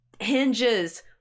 hinges